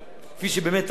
כפי שבאמת ראוי,